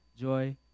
joy